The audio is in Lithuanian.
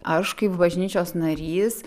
aš kaip bažnyčios narys